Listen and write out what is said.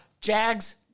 Jags